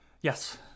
Yes